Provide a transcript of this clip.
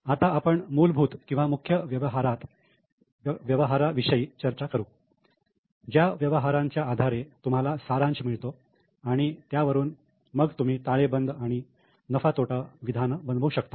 आता आपण मूलभूत किंवा मुख्य व्यवहारांत विषयी चर्चा करू ज्या व्यवहारांच्या आधारे तुम्हाला सारांश मिळतो आणि त्यावरून मग तुम्ही ताळेबंद आणि नफा तोटा विधान बनवू शकता